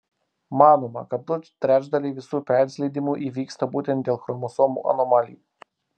manoma kad du trečdaliai visų persileidimų įvyksta būtent dėl chromosomų anomalijų